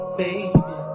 baby